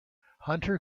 hunter